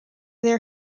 their